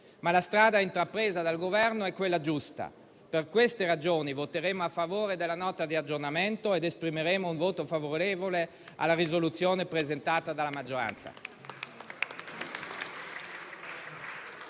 ma la strada intrapresa dal Governo è quella giusta. Per queste ragioni, voteremo a favore della Nota di aggiornamento ed esprimeremo un voto favorevole alla risoluzione presentata dalla maggioranza.